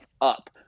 up